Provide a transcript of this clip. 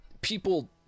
people